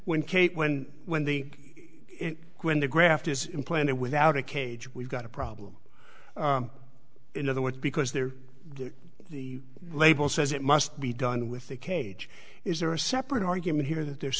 kate when when the when the graft is implanted without a cage we've got a problem in other words because they're the label says it must be done with the cage is there a separate argument here that there's